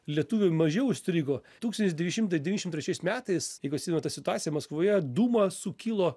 lietuvių mažiau užstrigo tūkstantis devyni šimtai devyniasdešim trečiais metais jeigu atsimenat tą situaciją maskvoje dūma sukilo